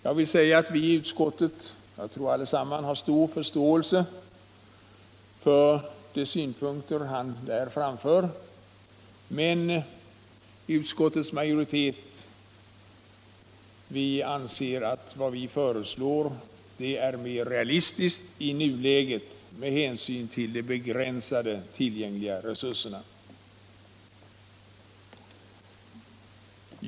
Alla inom utskottet har stor förståelse för de synpunkter han här framför, men utskottets majoritet anser att utskottets förslag är mer realistiskt i nuläget med hänsyn till de begränsade tillgängliga resurserna.